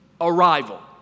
arrival